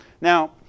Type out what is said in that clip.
Now